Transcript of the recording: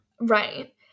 right